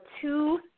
two